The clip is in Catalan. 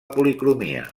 policromia